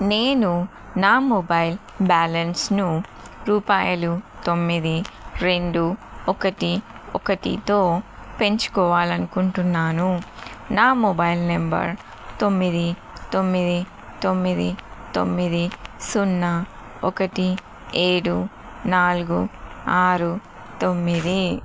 నేను నా మొబైల్ బ్యాలెన్స్ను రూపాయలు తొమ్మిది రెండు ఒకటి ఒకటితో పెంచుకోవాలనుకుంటున్నాను నా మొబైల్ నంబర్ తొమ్మిది తొమ్మిది తొమ్మిది తొమ్మిది సున్న ఒకటి ఏడు నాలుగు ఆరు తొమ్మిది